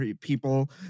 people